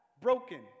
broken